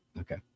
Okay